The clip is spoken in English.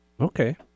Okay